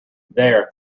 there